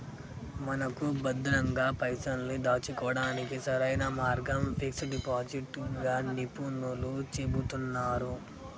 మనకు భద్రంగా పైసల్ని దాచుకోవడానికి సరైన మార్గం ఫిక్స్ డిపాజిట్ గా నిపుణులు చెబుతున్నారు